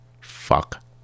Fuck